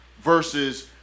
versus